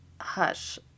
hush